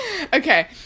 Okay